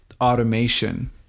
automation